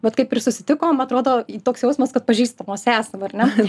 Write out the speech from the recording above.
vat kaip ir susitikom atrodo toks jausmas kad pažįstamos esam ar ne